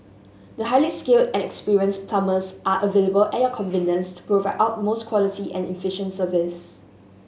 the highly skilled and experienced plumbers are available at your convenience provide utmost quality and efficient service